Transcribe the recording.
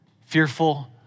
Fearful